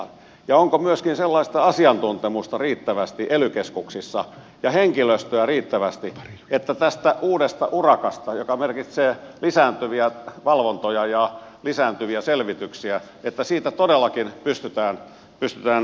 onko ely keskuksissa myöskään sellaista asiantuntemusta ja henkilöstöä riittävästi että tästä uudesta urakasta joka merkitsee lisääntyviä valvontoja ja lisääntyviä selvityksiä todellakin pystytään selviämään